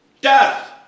Death